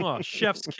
chef's